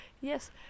yes